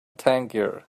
tangier